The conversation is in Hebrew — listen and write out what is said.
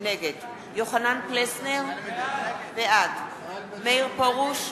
נגד יוחנן פלסנר, בעד מאיר פרוש,